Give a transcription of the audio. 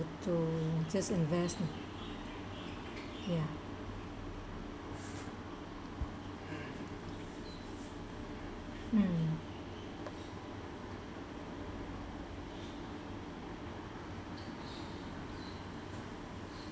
just invest lah ya mm